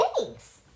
Thanks